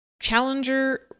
Challenger